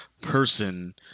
person